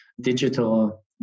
digital